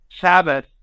Sabbath